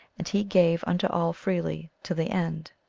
and he gave unto all freely, to the end.